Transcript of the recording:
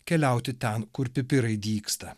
keliauti ten kur pipirai dygsta